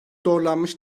doğrulanmış